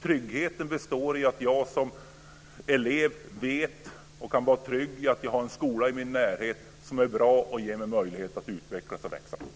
Tryggheten består i att jag som elev vet och kan vara trygg i att det finns en skola i min närhet som är bra och som ger mig möjlighet att utvecklas och växa.